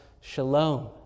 shalom